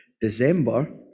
December